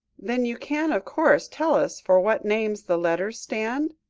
then you can, of course, tell us for what names the letters stand?